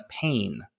pain